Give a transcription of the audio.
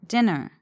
Dinner